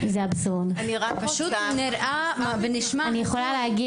אני פונה אליהם ואומרת להם: